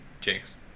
Jinx